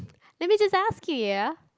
let me just ask you ya